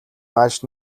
ааш